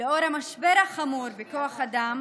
לאור המשבר החמור בכוח האדם,